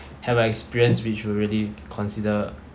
have a experience which would really consider